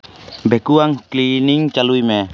ᱵᱷᱮᱠᱩᱣᱟᱢ cleaning ᱪᱟᱹᱞᱩᱭ ᱢᱮ